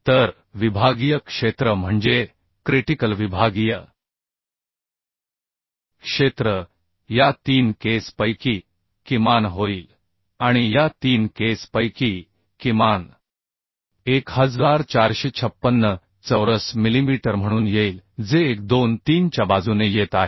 तर विभागीय क्षेत्र म्हणजे क्रिटिकल विभागीय क्षेत्र या 3 केस पैकी किमान होईल आणि या 3 केस पैकी किमान 1456 चौरस मिलीमीटर म्हणून येईल जे 1 2 3 च्या बाजूने येत आहे